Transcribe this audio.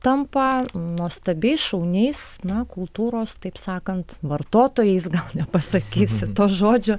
tampa nuostabiais šauniais na kultūros taip sakant vartotojais gal nepasakysi to žodžio